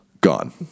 Gone